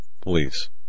Please